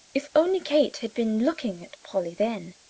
if only kate had been looking at polly then!